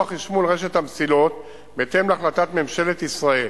חשמול רשת המסילות בהתאם להחלטת ממשלת ישראל